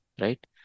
right